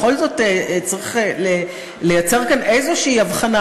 בכל זאת צריך לייצר כאן איזושהי הבחנה,